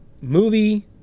movie